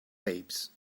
babes